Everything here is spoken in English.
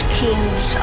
kings